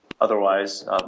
otherwise